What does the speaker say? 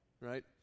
right